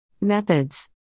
Methods